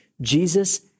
Jesus